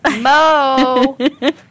Mo